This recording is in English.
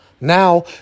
Now